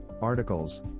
articles